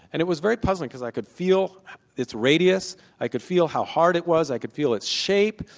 and it was very puzzling, because i could feel its radius, i could feel how hard it was, i could feel its shape,